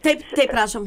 taip taip prašom